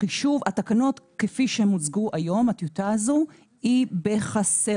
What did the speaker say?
התקנות כפי שהן הוצגו היום, הטיוטה הזו, היא בחסר.